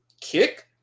Kick